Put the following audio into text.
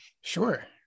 Sure